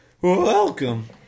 Welcome